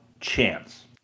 chance